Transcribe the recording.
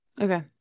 Okay